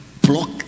block